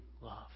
love